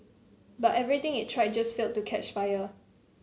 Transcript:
but everything it tried just failed to catch fire